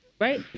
Right